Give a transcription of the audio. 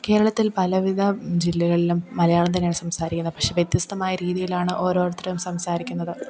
കേരളത്തിൽ പലവിധ ജില്ലകളിലും മലയാളം തന്നെയാണ് സംസാരിക്കുന്നത് പക്ഷേ വ്യത്യസ്തമായ രീതിയിലാണ് ഓരോരുത്തരും സംസാരിക്കുന്നത്